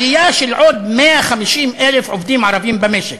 עלייה של עוד 150,000 עובדים ערבים במשק.